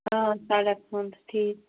آ سَڑک بنٛد ٹھیٖک